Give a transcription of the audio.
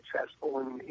successful